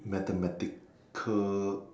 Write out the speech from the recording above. mathematical